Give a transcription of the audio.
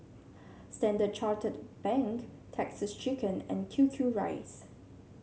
Standard Chartered Bank Texas Chicken and Q Q rice